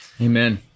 Amen